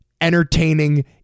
entertaining